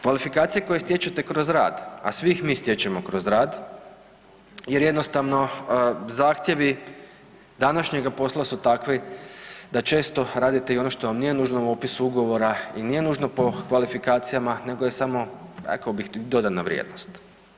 Kvalifikacije koje stečete kroz rad, a svi ih mi stječemo kroz rad jer jednostavno zahtjevi današnjega posla su takvi da često radite i ono što vam nije nužno u opisu ugovora i nije nužno po kvalifikacijama, nego je samo, rekao bih, dodana vrijednost.